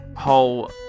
whole